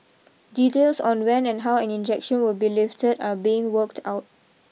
details on when and how an injection will be lifted are being worked out